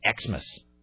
Xmas